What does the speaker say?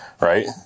right